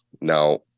Now